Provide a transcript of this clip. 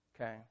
Okay